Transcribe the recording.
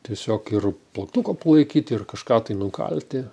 tiesiog ir plaktuką palaikyt ir kažką tai nukalti